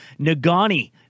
Nagani